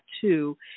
two